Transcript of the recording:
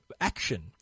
action